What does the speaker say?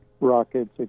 rockets